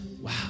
Wow